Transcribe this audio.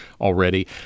already